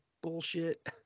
bullshit